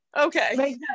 okay